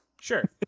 Sure